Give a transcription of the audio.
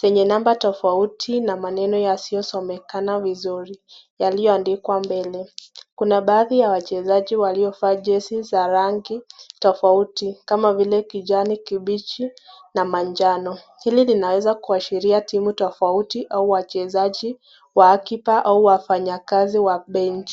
zenye namba tofauti na maneno yasiosomekana vizuri, yalioandikwa mbele ,kuna baadhi ya wachezaji waliovaa jezi za rangi tofauti kama vile kijani kibichi na manjano, hili linaweza kuashiria timu tofauti au wachezaji wa akiba au wafanyikazi wa bench .